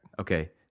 Okay